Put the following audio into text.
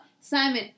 Simon